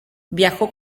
viajó